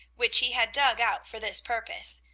which he had dug out for this purpose,